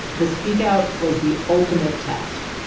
the speak out was the ultimate test.